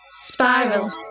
Spiral